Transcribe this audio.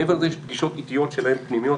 מעבר לזה יש פגישות עיתיות פנימיות שלהם,